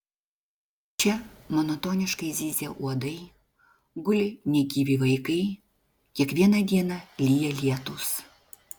čia monotoniškai zyzia uodai guli negyvi vaikai kiekvieną dieną lyja lietūs